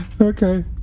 Okay